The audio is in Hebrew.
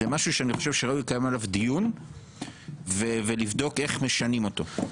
זה משהו שאני חושב שראוי לקיים עליו דיון ולבדוק איך משנים אותו.